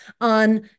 on